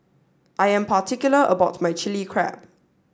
I am particular about my Chili Crab